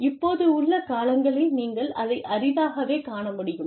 இப்போதுள்ள காலங்களில் நீங்கள் அதை அரிதாகவே காண முடியும்